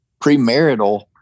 premarital